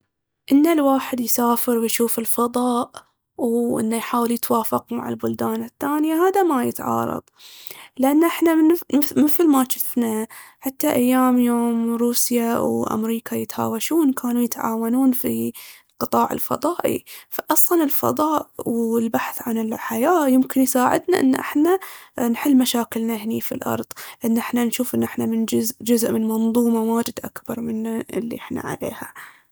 ان الواحد يسافر ويشوف الفضاء وان يحاول يتوافق مع البلدان الثانية هاذا ما يتعارض. لأن احنه مثل ما جفنا حتى أيام يوم روسيا وأمريكا يتهاوشون، كانوا يتعاونون في القطاع الفضائي. فأصلاً الفضاء والبحث عن الحياة يمكن يساعدنا انا احنا نحل مشاكلنا هني في الأرض، ان احنا نشوف انا جزء من منظومة واجد أكبر من اللي احنا عليها.